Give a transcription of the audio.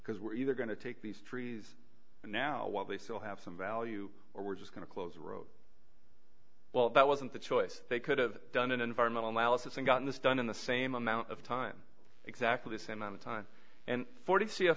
because we're either going to take these trees now while they still have some value or we're just going to close a road well that wasn't the choice they could've done an environmental analysis and gotten this done in the same amount of time exactly the same amount of time and forty